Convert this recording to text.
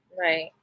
right